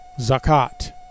zakat